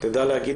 הוצאנו